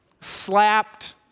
slapped